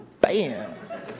Bam